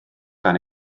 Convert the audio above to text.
gan